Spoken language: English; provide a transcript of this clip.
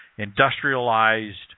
industrialized